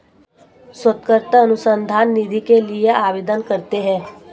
शोधकर्ता अनुसंधान निधि के लिए आवेदन करते हैं